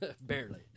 Barely